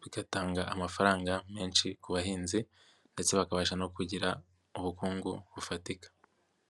bigatanga amafaranga menshi ku bahinzi ndetse bakabasha no kugira ubukungu bufatika.